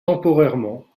temporairement